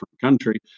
country